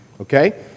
okay